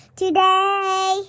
today